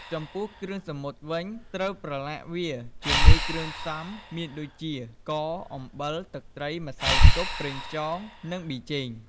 ចំពោះគ្រឿងសមុទ្រវិញ ត្រូវប្រឡាក់វាជាមួយគ្រឿងផ្សំមានដូចជា ស្ករ អំបិល ទឹកត្រី ម្សៅស៊ុប ប្រេងខ្យង និងប៊ីចេង ។